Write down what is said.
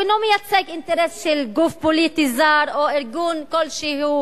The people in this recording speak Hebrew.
הוא אינו מייצג אינטרס של גוף פוליטי זר או ארגון כלשהו,